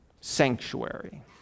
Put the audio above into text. sanctuary